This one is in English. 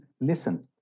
listen